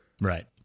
Right